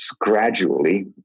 gradually